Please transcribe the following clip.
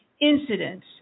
incidents